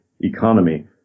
economy